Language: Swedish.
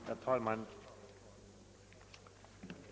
Herr talman!